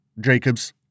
Jacobs